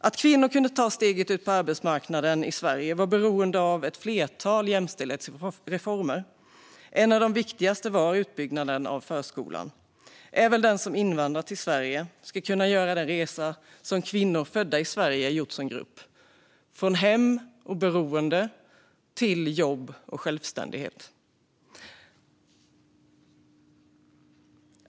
Att kvinnor i Sverige kunde ta steget ut på arbetsmarknaden var beroende av ett flertal jämställdhetsreformer. En av de viktigaste var utbyggnaden av förskolan. Även den som invandrat till Sverige ska kunna göra den resa som kvinnor födda i Sverige gjort som grupp: från hem och beroende till jobb och självständighet.